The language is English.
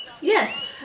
Yes